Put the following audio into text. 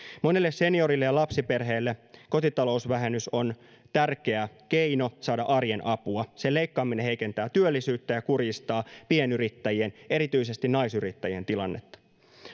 monelle seniorille ja lapsiperheelle kotitalousvähennys on tärkeä keino saada arjen apua sen leikkaaminen heikentää työllisyyttä ja kurjistaa pienyrittäjien erityisesti naisyrittäjien tilannetta